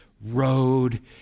road